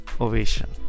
ovation